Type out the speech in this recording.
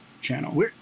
channel